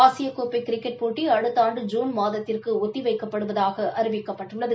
ஆசியக்கோப்பை கிரிக்கெட் போட்டி அடுத்த ஆண்டு ஜூன் மாதத்திற்கு ஒத்தி வைக்கப்படுவதாக அறிவிக்கப்பட்டுள்ளது